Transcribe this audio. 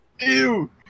Ew